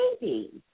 baby